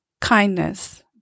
Kindness